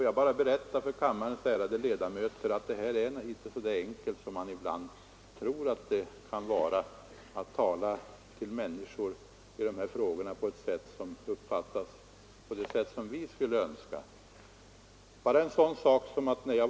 Jag vill berätta för kammarens ärade ledamöter att det inte är så enkelt som man ibland tror att tala till människor i de här frågorna så att det uppfattas på det sätt som vi skulle önska.